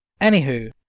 anywho